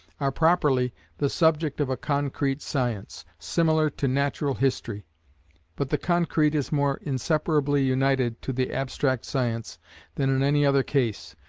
are properly the subject of a concrete science, similar to natural history but the concrete is more inseparably united to the abstract science than in any other case,